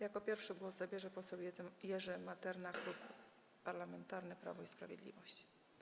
Jako pierwszy głos zabierze poseł Jerzy Materna, Klub Parlamentarny Prawo i Sprawiedliwość.